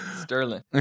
Sterling